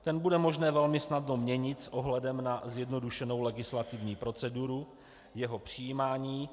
Ten bude možné velmi snadno měnit s ohledem na zjednodušenou legislativní procedurou jeho přijímání.